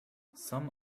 some